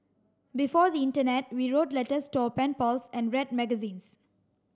before the internet we wrote letters to our pen pals and read magazines